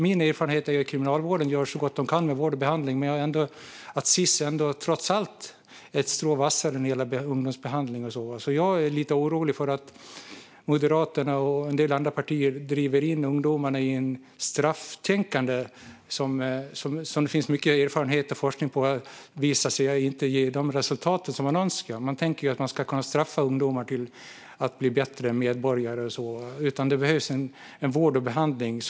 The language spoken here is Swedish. Min erfarenhet är att Kriminalvården gör så gott de kan med vård och behandling, men att Sis trots allt är ett strå vassare när det gäller ungdomsbehandling. Jag är lite orolig för att Moderaterna och en del andra partier driver in ungdomarna i ett strafftänkande. Det finns mycket erfarenhet och forskning som visar att det inte ger de resultat som man önskar. Man tänker att man ska kunna straffa ungdomar till att bli bättre medborgare, men det som behövs är vård och behandling.